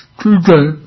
today